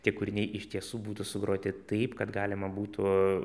tie kūriniai iš tiesų būtų sugroti taip kad galima būtų